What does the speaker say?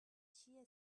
چیه